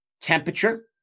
temperature